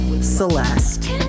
Celeste